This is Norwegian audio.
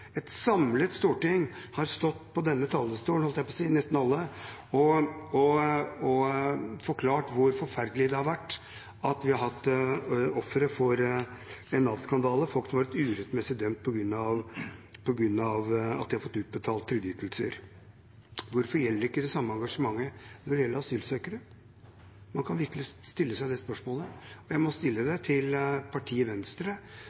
Et samlet storting – nesten alle – har stått på denne talerstolen og forklart hvor forferdelig det har vært at vi har hatt ofre for en Nav-skandale, at folk har blitt urettmessig dømt på grunn av at de har fått utbetalt trygdeytelser. Hvorfor gjelder ikke det samme engasjementet for asylsøkere? Man kan virkelig stille seg det spørsmålet. Og jeg må stille det til partiet Venstre,